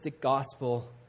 gospel